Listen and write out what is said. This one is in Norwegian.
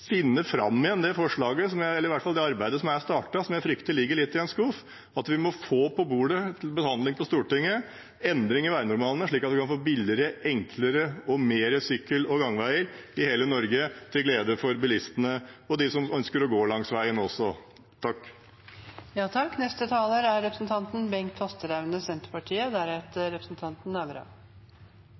finne fram igjen det arbeidet som er startet, men som jeg frykter litt ligger i en skuff. Vi må få til behandling i Stortinget en sak om endringer i veinormalene, slik at vi på en billigere og enklere måte kan få flere sykkel- og gangveier i hele Norge, til glede for bilistene og dem som ønsker å gå langs veien. Enigheten er stor om økt bruk av sykkel. Det er